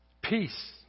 Peace